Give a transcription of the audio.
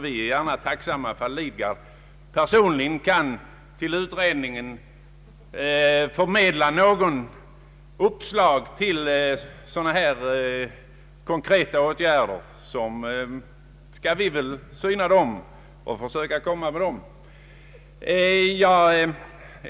Vi är tacksamma om herr Lidgard personligen till utredningen kan förmedla några uppslag till konkreta åtgärder; i så fall skall vi ta upp dem till behandling.